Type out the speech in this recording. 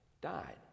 died